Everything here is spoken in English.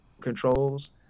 controls